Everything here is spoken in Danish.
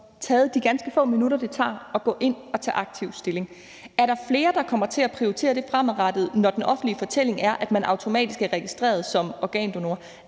bruger de ganske få minutter, det tager at gå ind og aktivt tage stilling. Er der flere, der kommer til at prioritere det fremadrettet, når den offentlige fortælling er, at man automatisk er registreret som organdonor?